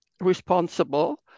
responsible